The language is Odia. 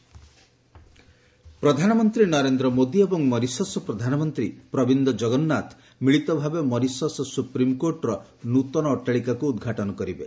ପିଏମ୍ ଉଦ୍ଘାଟନ ପ୍ରଧାନମନ୍ତ୍ରୀ ନରେନ୍ଦ୍ର ମୋଦୀ ଏବଂ ମରିସସ୍ ପ୍ରଧାନମନ୍ତ୍ରୀ ପ୍ରବିନ୍ଦ ଜଗନ୍ନାଥ ମିଳିତ ଭାବେ ମରିସସ୍ ସୁପ୍ରିମକୋର୍ଟର ନୂତନ ଅଟ୍ଟାଳିକାକୁ ଉଦ୍ଘାଟନ କରିବେ